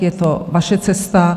Je to vaše cesta.